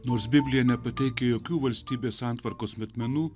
nors biblija nepateikia jokių valstybės santvarkos metmenų